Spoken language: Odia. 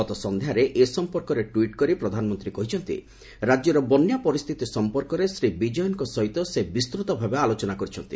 ଗତ ସନ୍ଧ୍ୟାରେ ଏ ସମ୍ପର୍କରେ ଟ୍ୱିଟ୍ କରି ପ୍ରଧାନମନ୍ତ୍ରୀ କହିଛନ୍ତି ରାଜ୍ୟର ବନ୍ୟା ପରିସ୍ଥିତି ସମ୍ପର୍କରେ ଶ୍ରୀ ବିଜୟନ୍ଙ୍କ ସହିତ ସେ ବିସ୍ଚୃତ ଭାବେ ଆଳୋଚନା କରିଛନ୍ତି